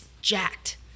Jacked